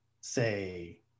say